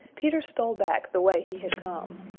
peter stole back the way he had come.